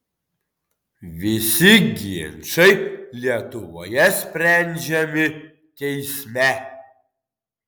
visi ginčai lietuvoje sprendžiami teisme